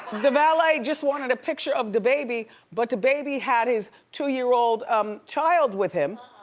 the valet just wanted a picture of dababy, but dababy had his two year old um child with him,